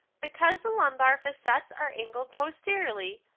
because the lumbar facets are angled posteriorly,